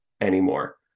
anymore